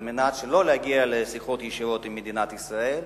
על מנת שלא להגיע לשיחות ישירות עם מדינת ישראל,